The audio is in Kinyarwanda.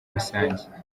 rusange